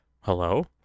Hello